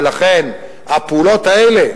ולכן הפעולות האלה,